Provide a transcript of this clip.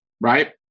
right